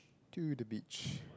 to the beach